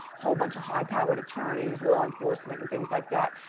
whole bunch of high-powered attorneys, law enforcement, and things like that.